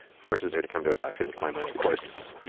forcing her to come to a doctor's appointment. of course,